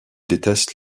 déteste